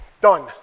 done